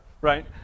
right